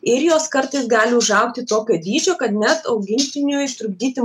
ir jos kartais gali užaugti tokio dydžio kad net augintiniui trukdyti